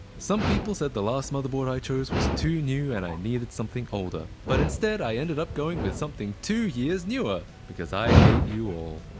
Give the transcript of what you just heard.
some people said the last motherboard i chose was too new and i needed something older, but instead, i ended up going with something two years newer! because i hate you all.